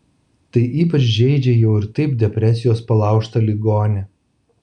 tai ypač žeidžia jau ir taip depresijos palaužtą ligonį